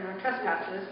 trespasses